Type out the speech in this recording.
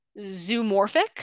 zoomorphic